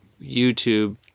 YouTube